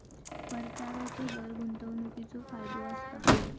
परताव्याचो दर गुंतवणीकीचो फायदो असता